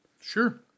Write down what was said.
Sure